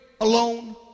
alone